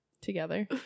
together